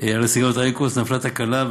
על סיגריות אייקוס נפלה תקלה,